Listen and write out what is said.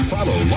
Follow